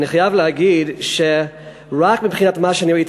אני חייב להגיד שרק מבחינת מה שראיתי